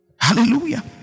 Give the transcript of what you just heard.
hallelujah